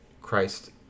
Christ